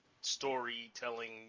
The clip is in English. storytelling